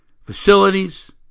Facilities